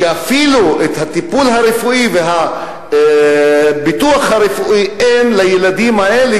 ואפילו טיפול רפואי וביטוח רפואי אין לילדים האלה,